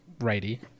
righty